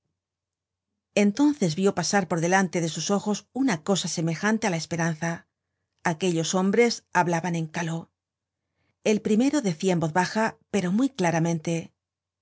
entonces vió pasar por delante de sus ojos una cosa semejante á la esperanza aquellos hombres hablaban en caló el primero decia en voz baja pero muy claramente